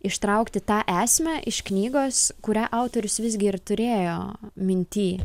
ištraukti tą esmę iš knygos kurią autorius visgi ir turėjo minty